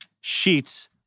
sheets